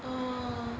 uh